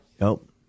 Nope